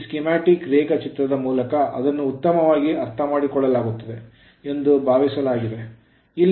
ಈ ಸ್ಕೀಮ್ಯಾಟಿಕ್ ರೇಖಾಚಿತ್ರದಮೂಲಕ ಅದನ್ನು ಉತ್ತಮವಾಗಿ ಅರ್ಥಮಾಡಿಕೊಳ್ಳಲಾಗುತ್ತದೆ ಎಂದು ಭಾವಿಸಲಾಗಿತ್ತು